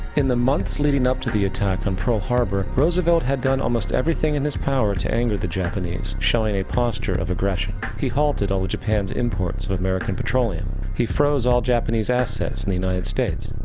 in the months leading up to the attack on pearl harbor, roosevelt had done almost everything in his power to anger the japanese, showing a posture of aggression. he halted all of japans imports of american petroleum. he froze all the japanese assets in the united states.